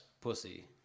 pussy